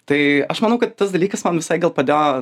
tai aš manau kad tas dalykas man visai gal padėjo